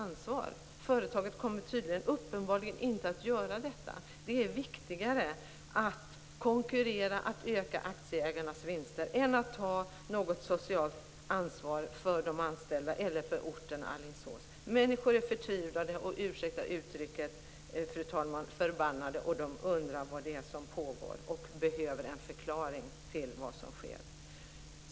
Företaget kommer uppenbarligen inte att göra det. Det är viktigare att konkurrera och att öka aktieägarnas vinster än att ta ett socialt ansvar för de anställda eller för orten Alingsås. Människor är förtvivlade och förbannade - ursäkta uttrycket, fru talman.